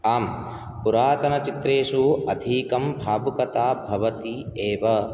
आं पुरातनचित्रेषु अधिकं भावकथा भवति एव